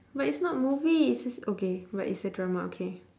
but it's not movie it's it's okay but it's a drama okay